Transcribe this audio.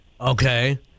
okay